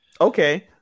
Okay